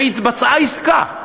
והתבצעה עסקה.